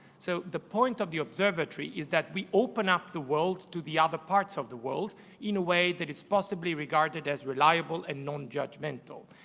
so the point of the observatory is that we open up the world to the other parts of the world in a way that it is possibly regarded as reliable and non-judgmental.